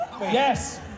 Yes